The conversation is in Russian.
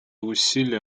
усилия